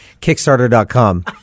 Kickstarter.com